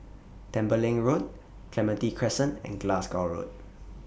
Tembeling Road Clementi Crescent and Glasgow Road